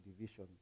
division